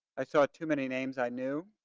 i saw too many names i knew